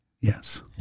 yes